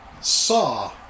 saw